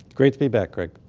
great to be back greg.